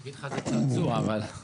הוא יגיד לך, אבל זה צעצוע.